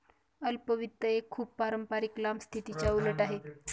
अल्प वित्त एक खूप पारंपारिक लांब स्थितीच्या उलट आहे